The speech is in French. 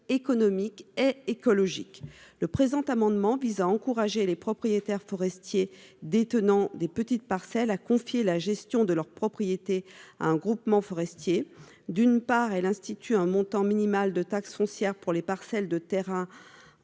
économique et écologique. Cet amendement vise ainsi à encourager les propriétaires forestiers détenant de petites parcelles à confier la gestion de leur propriété à un groupement forestier en instaurant, d'une part, un montant minimal de taxe foncière pour les parcelles de terrain